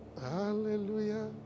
Hallelujah